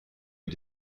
est